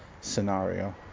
scenario